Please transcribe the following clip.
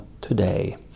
today